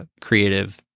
creative